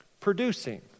producing